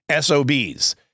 SOBs